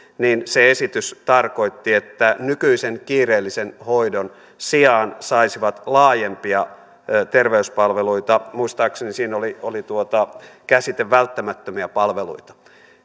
tarkoitti että nykyisen kiireellisen hoidon sijaan he saisivat laajempia terveyspalveluita muistaakseni siinä oli oli käsite välttämättömiä palveluita